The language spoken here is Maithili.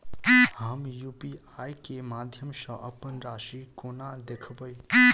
हम यु.पी.आई केँ माध्यम सँ अप्पन राशि कोना देखबै?